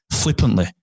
flippantly